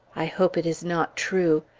i hope it is not true.